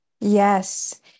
Yes